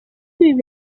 ibi